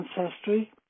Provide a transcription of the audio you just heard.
ancestry